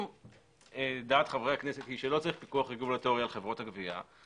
אם דעת חברי הכנסת היא שלא צריך פיקוח רגולטורי על חברות הגבייה,